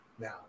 now